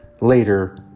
later